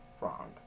Wrong